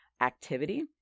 activity